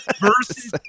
Versus